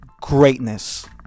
greatness